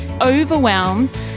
overwhelmed